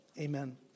Amen